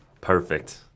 Perfect